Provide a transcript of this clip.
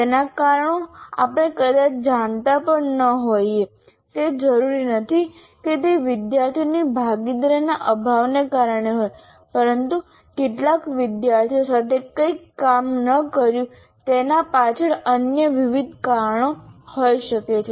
તેના કારણો આપણે કદાચ જાણતા પણ ન હોઈએ તે જરૂરી નથી કે તે વિદ્યાર્થીની ભાગીદારીના અભાવને કારણે હોય પરંતુ કેટલાક વિદ્યાર્થીઓ સાથે કંઈક કામ ન કર્યું તેના પાછળ અન્ય વિવિધ કારણો હોઈ શકે છે